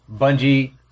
Bungie